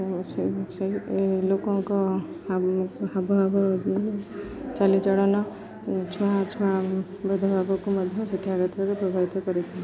ଓ ସେ ସେଇ ଲୋକଙ୍କ ହାବଭାବ ଚାଲିଚଳନ ଛୁଆଁ ଅଛୁଆଁ ଭେଦଭାବକୁ ମଧ୍ୟ ଶିକ୍ଷା କ୍ଷେତ୍ରକୁ ପ୍ରଭାବିତ କରିଥାଏ